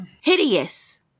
hideous